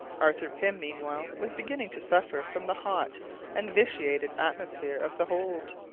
arthur pym, meanwhile, was beginning to suffer from the hot and vitiated atmosphere of the hold.